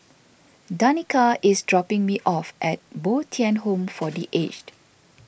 Danika is dropping me off at Bo Tien Home for the Aged